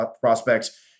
prospects